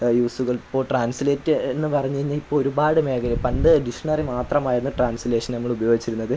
യൂസുകൾ ഇപ്പോള് ട്രാൻസ്ലേറ്റ് എന്ന് പറഞ്ഞുകഴിഞ്ഞാല് ഇപ്പോള് ഒരുപാട് മേഖല പണ്ട് ഡിക്ഷണറി മാത്രമായിരുന്നു ട്രാൻസ്ലേഷന് നമ്മളുപയോഗിച്ചിരുന്നത്